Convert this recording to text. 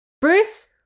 Bruce